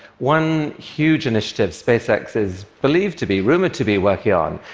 one huge initiative spacex is believed to be, rumored to be working on,